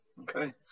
Okay